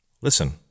Listen